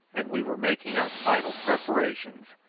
and we were making our final preparations,